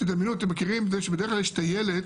אתם מכירים, בדרך כלל בטיילת,